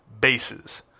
bases